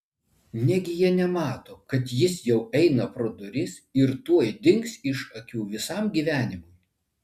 negi jie nemato kad jis jau eina pro duris ir tuoj dings iš akių visam gyvenimui